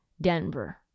Denver